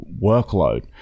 workload